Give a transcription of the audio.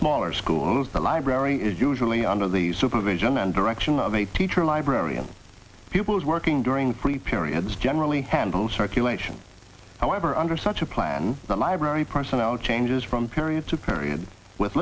smaller schools the library is usually under the supervision and direction of a teacher librarian pupils working during free periods generally handles circulation however under such a plan the library personnel changes from period to period with